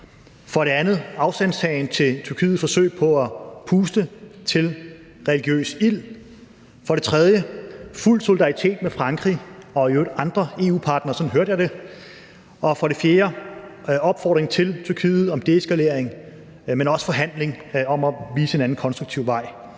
for det andet en afstandtagen til Tyrkiets forsøg på at puste til religiøs ild, for det tredje fuld solidaritet med Frankrig og i øvrigt andre EU-partnere – sådan hørte jeg det – og for det fjerde en opfordring til Tyrkiet om deeskalering, men også forhandling om at vise en anden konstruktiv vej.